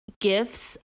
gifts